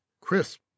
crisp